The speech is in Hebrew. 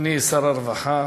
אדוני שר הרווחה